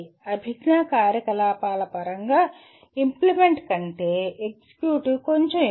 అభిజ్ఞా కార్యకలాపాల పరంగా ఇంప్లిమెంట్ కంటే ఎగ్జిక్యూట్ కొంచెం ఎక్కువ